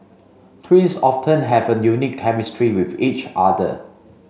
twins often have a unique chemistry with each other